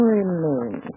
remain